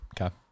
Okay